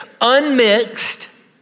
unmixed